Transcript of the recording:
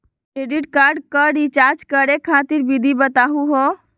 Credit card क recharge करै खातिर विधि बताहु हो?